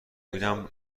اینم